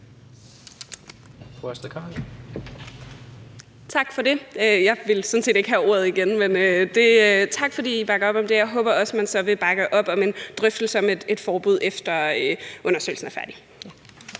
Tak for det. Jeg ville sådan set ikke have ordet igen, men tak, fordi I bakker op om det, og jeg håber også, at man så vil bakke op om en drøftelse om et forbud, efter undersøgelsen er færdig.